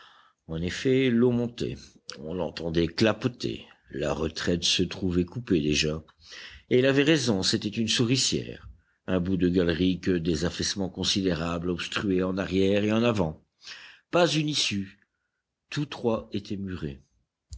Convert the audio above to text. en effet l'eau montait on l'entendait clapoter la retraite se trouvait coupée déjà et il avait raison c'était une souricière un bout de galerie que des affaissements considérables obstruaient en arrière et en avant pas une issue tous trois étaient murés